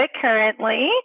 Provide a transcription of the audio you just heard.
currently